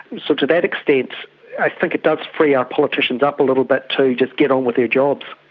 so to that extent i think it does free our politicians up a little bit to just get on with their jobs.